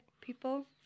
people